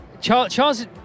Charles